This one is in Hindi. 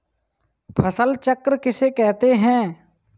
फसल चक्र किसे कहते हैं?